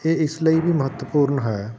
ਇਹ ਇਸ ਲਈ ਵੀ ਮਹੱਤਵਪੂਰਨ ਹੈ